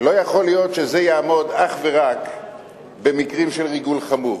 להיות שזה יעמוד אך ורק במקרים של ריגול חמור.